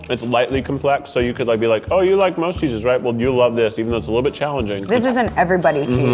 it's lightly complex, so you could like be like, oh, you like most cheeses, right? well, you'll love this even though it's a little bit challenging. this is an everybody